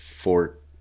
Fort